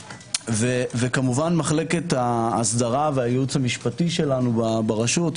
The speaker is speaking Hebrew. וכמובן מחלקת ההסדרה והייעוץ המשפטי שלנו ברשות.